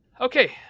Okay